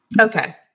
Okay